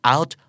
Out